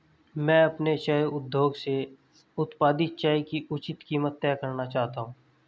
मैं अपने चाय उद्योग से उत्पादित चाय की उचित कीमत तय करना चाहता हूं